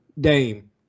Dame